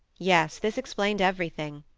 yes, this explained everything.